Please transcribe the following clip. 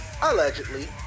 Allegedly